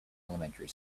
elementary